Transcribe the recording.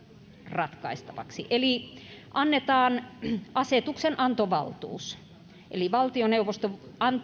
ratkaistavaksi eli annetaan asetuksenantovaltuus eli valtioneuvosto